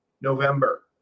November